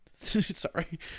sorry